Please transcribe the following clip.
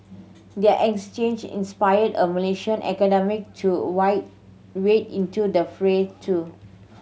their exchange inspired a Malaysian academic to wide wade into the fray too